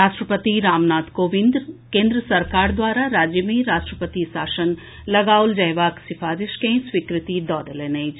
राष्ट्रपति रामनाथ कोविंद केन्द्र सरकार द्वारा राज्य मे राष्ट्रपति शासन लगाओल जयबाक रिफारिश कॅ स्वीकृति दऽ देलनि अछि